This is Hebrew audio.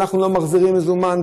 אנחנו לא מחזירים מזומן,